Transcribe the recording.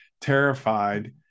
terrified